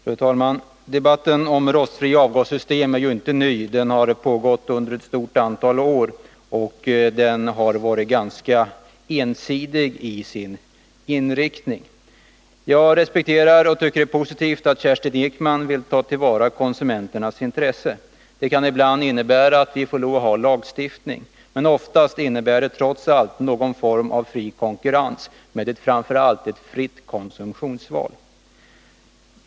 Fru talman! Debatten om rostfria avgassystem är ju inte ny. Den har pågått under ett stort antal år, och den har varit ganska ensidig till sin inriktning. Jag respekterar och tycker det är positivt att Kerstin Ekman vill ta till vara konsumenternas intresse. Det kan ibland innebära att vi får lov att ha lagstiftning. Oftast innebär det trots allt någon form av fri konkurrens, men framför allt ett fritt konsumtionsval.